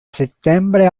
settembre